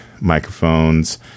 microphones